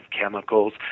chemicals